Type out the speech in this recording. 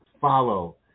follow